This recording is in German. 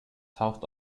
taucht